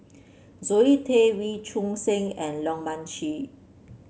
Zoe Tay Wee Choon Seng and Leong Mun Chee